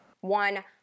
one